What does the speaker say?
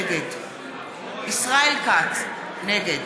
נגד ישראל כץ, נגד עליזה